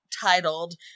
titled